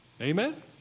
Amen